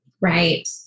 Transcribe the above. Right